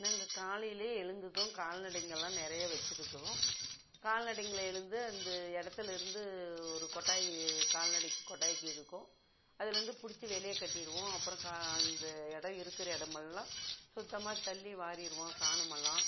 நாங்கள் காலையில் எழுந்ததும் கால்நடைங்கள்லாம் நிறையா வச்சுருக்கிறோம் கால்நடைங்களை எழுந்து அந்த இடத்துல இருந்து ஒரு கொட்டாய் கால்நடைக்கு கொட்டாயிக்கு இருக்கும் அதில் இருந்து பிடிச்சி வெளியே கட்டிடுவோம் அப்புறம் க அந்த இடம் இருக்கிற இடமெல்லாம் சுத்தமாக தள்ளி வாரிடுவோம் சாணம் எல்லாம்